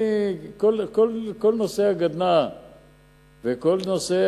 כל נושא הגדנ"ע וכל נושא